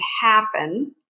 happen